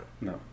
No